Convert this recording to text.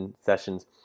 sessions